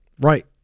Right